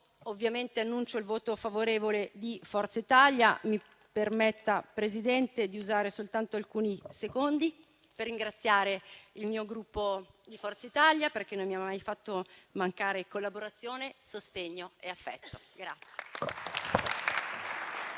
ovviamente, annuncio il voto favorevole di Forza Italia. Mi permetta, Signor Presidente, di usare soltanto alcuni secondi per ringraziare il mio Gruppo, Forza Italia, perché non mi ha mai fatto mancare collaborazione, sostegno e affetto.